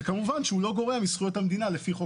כמובן שהוא לא גורע מזכויות המדינה לפי חוק